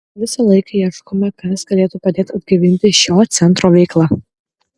visą laiką ieškome kas galėtų padėti atgaivinti šio centro veiklą